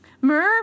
Mur